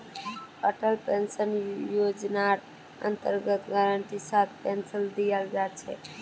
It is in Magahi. अटल पेंशन योजनार अन्तर्गत गारंटीर साथ पेन्शन दीयाल जा छेक